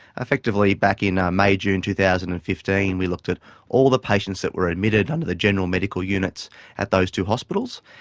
effectively back in um may june two thousand and fifteen we looked at all the patients that were admitted under the general medical units at those two hospitals,